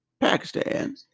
Pakistan